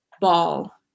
ball